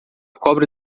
cobra